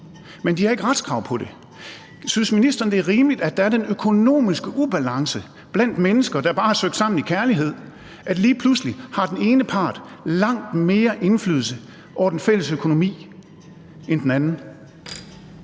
men de har ikke retskrav på det. Synes ministeren, det er rimeligt, at der er den økonomiske ubalance blandt mennesker, der bare har søgt sammen i kærlighed, at den ene part lige pludselig har langt mere indflydelse på den fælles økonomi end den anden?